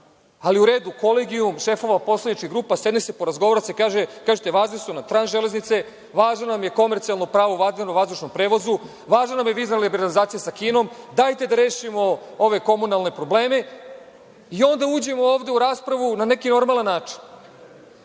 Ali, u redu, kolegijum šefova poslaničkih grupa, sedne se, porazgovara se, kažete – važne su nam železnice, važno nam je komercijalno pravo u vazdušnom prevozu, važna nam je vizna liberalizacija sa Kinom, dajte da rešimo ove komunalne probleme, i onda uđemo ovde u raspravu na neki normalan